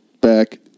back